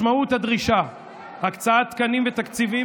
משמעות הדרישה היא הקצאת תקנים ותקציבים